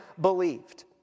believed